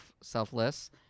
selfless